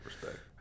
Respect